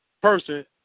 person